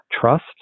trust